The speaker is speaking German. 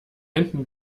hinten